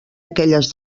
aquelles